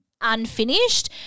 unfinished